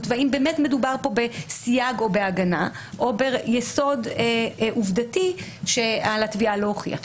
והאם באמת מדובר כאן בסייג או בהגנה או ביסוד עובדתי שעל התביעה להוכיח.